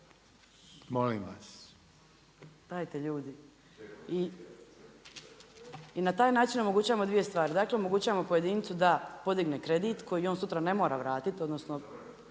Molim vas./… Dajte ljudi… i na taj način omogućavamo dvije stvari, dakle omogućavamo pojedincu da podigne kredit, koji on sutra ne mora vratiti, odnosno